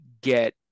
get